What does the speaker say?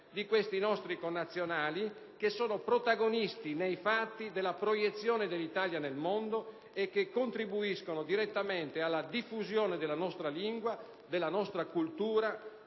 di questi nostri connazionali, che sono protagonisti nei fatti della proiezione dell'Italia nel mondo e che contribuiscono direttamente alla diffusione della nostra lingua, della nostra cultura,